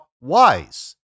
WISE